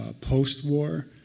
post-war